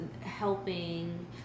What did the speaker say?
helping